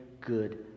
good